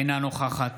אינה נוכחת